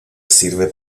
sirve